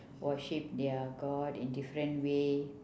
worship their god in different way